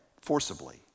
forcibly